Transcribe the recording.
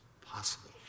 possible